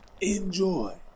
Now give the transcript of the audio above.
enjoy